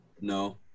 No